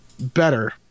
better